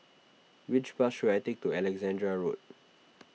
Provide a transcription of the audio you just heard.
which bus should I take to Alexandra Road